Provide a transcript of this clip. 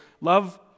love